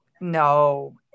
no